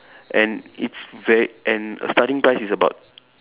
and it's ve and err starting price is about